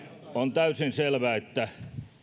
on täysin selvä että